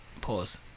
Pause